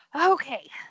Okay